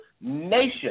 nation